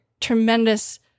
tremendous